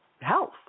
health